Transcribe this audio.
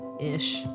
ish